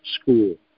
school